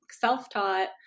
self-taught